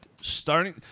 starting